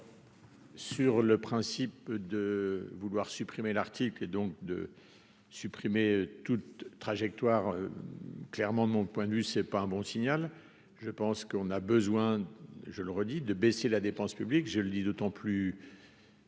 Sur le principe de vouloir supprimer l'article et donc de supprimer toute trajectoire clairement mon point de vue, c'est pas un bon signal, je pense qu'on a besoin, je le redis de baisser la dépense publique, je le dis d'autant plus.